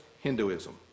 Hinduism